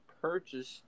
purchased